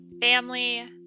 family